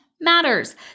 matters